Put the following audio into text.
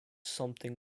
something